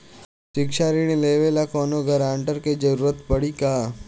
शिक्षा ऋण लेवेला कौनों गारंटर के जरुरत पड़ी का?